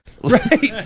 Right